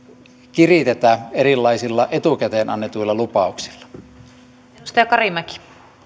kiritetä erilaisilla etukäteen annetuilla lupauksilla